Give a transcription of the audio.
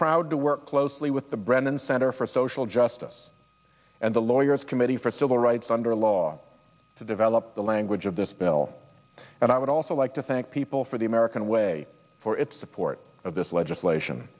proud to work closely with the brennan center for social justice and the lawyers committee for civil rights under law to develop the language of this bill and i would also like to thank people for the american way for its support of this legislation